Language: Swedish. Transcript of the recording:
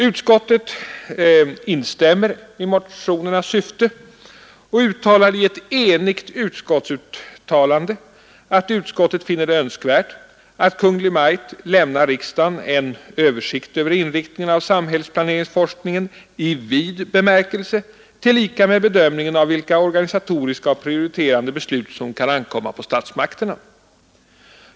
Utskottet instämmer i motionernas syfte och säger i ett enhälligt uttalande att utskottet finner det önskvärt att Kungl. Maj:t lämnar riksdagen en översikt över inriktningen av samhällsplaneringsforskningen i vid bemärkelse tillika med bedömningen av vilka organisatoriska och prioriterande beslut som kan ankomma på statsmakterna.